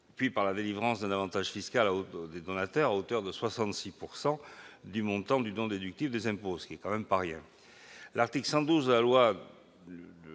-et par la délivrance d'un avantage fiscal aux donateurs, à hauteur de 66 % du montant du don déductible des impôts, ce qui n'est pas rien. L'article 112 de la loi